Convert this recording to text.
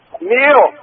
Neil